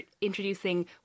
introducing